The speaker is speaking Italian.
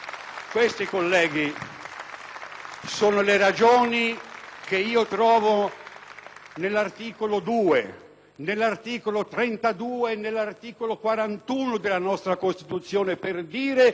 nell'articolo 2, nell'articolo 32 e nell'articolo 41 della nostra Costituzione per dire che non possiamo sottrarre l'alimentazione a chi sta per lasciarci.